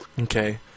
Okay